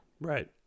Right